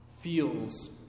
feels